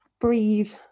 breathe